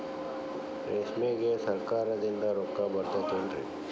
ರೇಷ್ಮೆಗೆ ಸರಕಾರದಿಂದ ರೊಕ್ಕ ಬರತೈತೇನ್ರಿ?